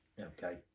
Okay